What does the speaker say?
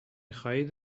خواهید